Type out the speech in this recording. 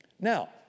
Now